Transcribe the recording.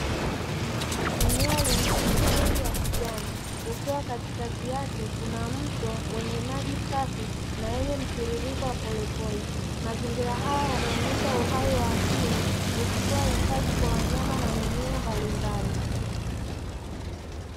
Eneo lenye miti mingi ya kijani ikiwa Katikati yake kuna mto wenye maji safi na mtiririko wa polepole. Mazingira haya yanaonesha uhai wa asili ukitoa hifadhi kwa mimea na wanyama mbalimbali.